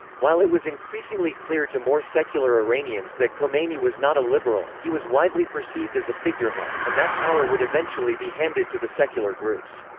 while it was increasingly clear to more secular iranians that khomeini was not a liberal, he was widely perceived as a figurehead, and that power would eventually be handed to the secular groups.